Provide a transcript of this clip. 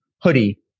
hoodie